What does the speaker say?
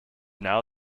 now